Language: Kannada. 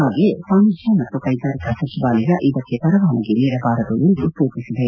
ಹಾಗೆಯೇ ವಾಣಿಜ್ಯ ಮತ್ತು ಕೈಗಾರಿಕಾ ಸಚಿವಾಲಯ ಇದಕ್ಕೆ ಪರವಾನಗಿ ನೀಡಬಾರದು ಎಂದು ಸೂಚಿಸಿದೆ